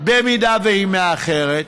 במידה שהיא מאחרת,